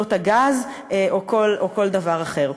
אסדות הגז או כל דבר אחר.